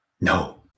No